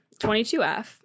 22f